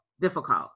difficult